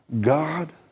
God